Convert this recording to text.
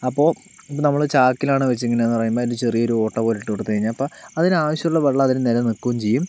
അപ്പോൾ ഇപ്പോൾ നമ്മൾ ചാക്കിലാണ് വെച്ചിട്ടുണ്ടെങ്കിലെന്ന് പറയുമ്പോൾ അതിനൊരു ചെറിയ ഒരു ഓട്ട പോലെ ഇട്ടു കൊടുത്തു കഴിഞ്ഞപ്പോൾ അതിന് ആവശ്യമുള്ള വെള്ളം അതിൾ നിലനിൽക്കുകയും ചെയ്യും